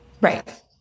Right